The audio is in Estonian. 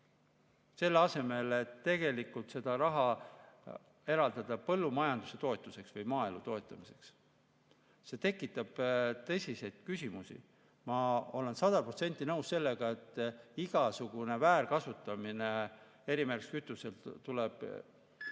selle asemel et seda raha kasutada põllumajanduse toetuseks või maaelu toetamiseks – see tekitab tõsiseid küsimusi. Ma olen sada protsenti nõus sellega, et igasugune väärkasutamine erimärgistatud